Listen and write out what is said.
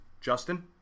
Justin